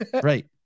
Right